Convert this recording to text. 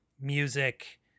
music